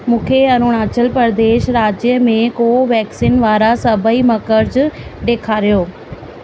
मूंखे अरुणाचल प्रदेश राज्य में कोवैक्सीन वारा सभई मर्कज़ ॾेखारियो